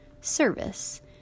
service